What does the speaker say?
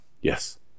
Yes